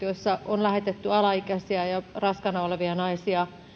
joissa on lähetetty alaikäisiä ja raskaana olevia naisia